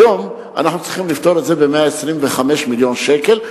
היום אנחנו צריכים לפתור את זה ב-125 מיליון שקל,